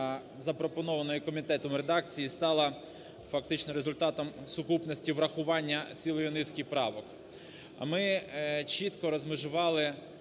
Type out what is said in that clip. запропонованій комітетом редакції стала фактично результатом сукупності врахування цілої низки правок. Ми чітко розмежували